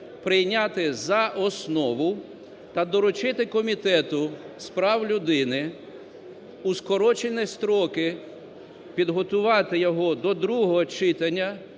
прийняти за основу та доручити Комітету з прав людини у скорчені строки підготувати його до другого читання,